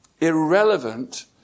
Irrelevant